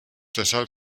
deshalb